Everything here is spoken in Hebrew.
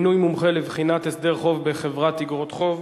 (מינוי מומחה לבחינת הסדר חוב בחברת איגרות חוב),